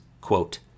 Quote